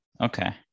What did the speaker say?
Okay